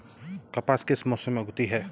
कपास किस मौसम में उगती है?